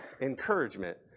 encouragement